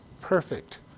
perfect